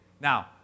Now